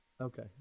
Okay